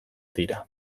dira